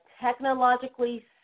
technologically